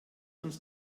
uns